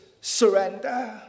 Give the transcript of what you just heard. surrender